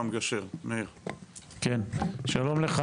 שלום,